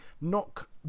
knock